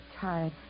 tired